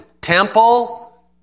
Temple